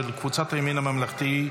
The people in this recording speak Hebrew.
של קבוצת הימין הממלכתי,